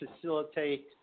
facilitate